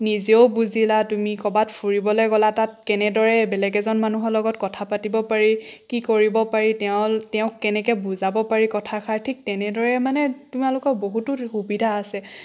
নিজেও বুজিলা তুমি ক'ৰবাত ফুৰিবলৈ গ'লা তাত কেনেদৰে বেলেগ এজন মানুহৰ লগত কথা পাতিব পাৰি কি কৰিব পাৰি তেওঁৰ তেওঁক কেনেকৈ বুজাব পাৰি কথাষাৰ ঠিক তেনেদৰে মানে তোমালোকৰ বহুতো সুবিধা আছে